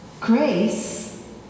Grace